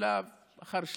שלב אחר שלב,